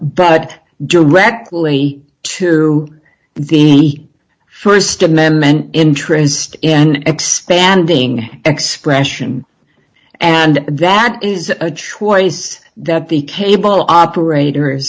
but directly to the st amendment interest in expanding expression and that is a choice that the cable operator